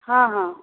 हँ हँ